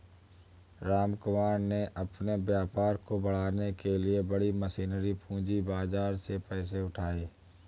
रामकुमार ने अपने व्यापार को बढ़ाने के लिए बड़ी मशीनरी पूंजी बाजार से पैसे उठाए